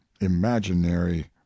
imaginary